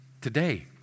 Today